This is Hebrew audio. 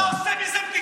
אתה עושה מזה בדיחה.